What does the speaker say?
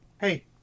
hey